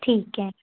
ਠੀਕ ਹੈ